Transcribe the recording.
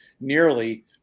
nearly